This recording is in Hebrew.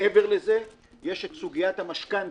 מעבר לזה, יש את סוגיית המשכנתה,